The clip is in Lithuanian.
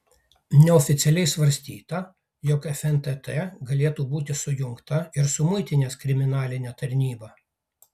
neoficialiai svarstyta jog fntt galėtų būti sujungta ir su muitinės kriminaline tarnyba